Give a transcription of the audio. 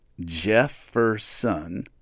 Jefferson